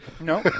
No